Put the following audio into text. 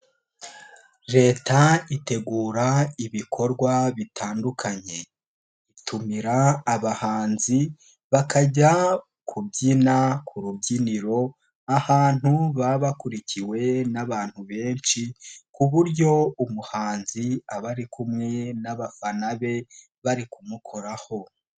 Leta itegura ibikorwa bitandukanye, itumira abahanzi bakajya kubyina ku rubyiniro ahantu baba bakurikiwe n'abantu benshi ku buryo umuhanzi abari kumwe n'abafana be bari kumukoraho.